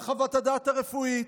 מה חוות הדעת הרפואית,